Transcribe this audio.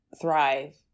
thrive